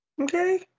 Okay